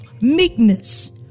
meekness